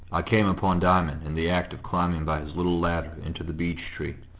came upon diamond in the act of climbing by his little ladder into the beech-tree.